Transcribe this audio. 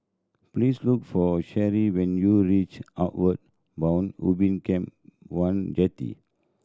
please look for Shelly when you reach Outward Bound Ubin Camp One Jetty